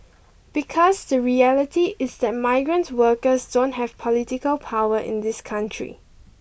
because the reality is that migrant workers don't have political power in this country